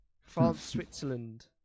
France-Switzerland